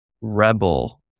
Rebel